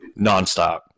Nonstop